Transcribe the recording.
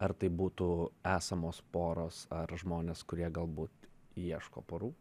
ar tai būtų esamos poros ar žmonės kurie galbūt ieško porų